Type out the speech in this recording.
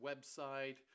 website